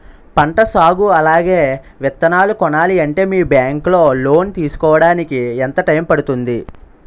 పంట సాగు అలాగే విత్తనాలు కొనాలి అంటే మీ బ్యాంక్ లో లోన్ తీసుకోడానికి ఎంత టైం పడుతుంది?